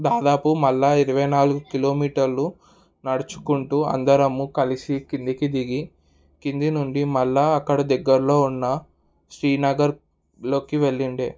దాదాపు మళ్ళీ ఇరవై నాలుగు కిలోమీటర్లు నడుచుకుంటూ అందరము కలిసి కిందకి దిగి కిందనుండి మళ్ళీ అక్కడ దగ్గరలో ఉన్న శ్రీనగర్లోకి వెళ్ళుండే